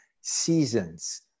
seasons